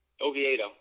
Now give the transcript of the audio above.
Oviedo